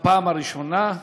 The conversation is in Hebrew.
בפעם הראשונה.